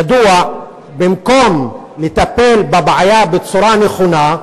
ידוע, במקום לטפל בבעיה בצורה נכונה,